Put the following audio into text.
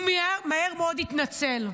הוא מהר מאוד התנצל.